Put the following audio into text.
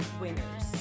winners